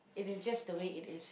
it is just the way it is